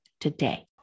today